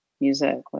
music